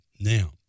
Now